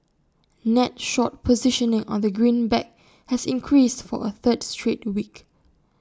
net short positioning on the greenback has increased for A third straight week